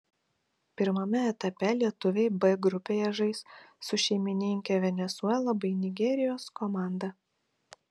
pirmame etape lietuviai b grupėje žais su šeimininke venesuela bei nigerijos komanda